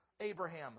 Abraham